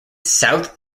south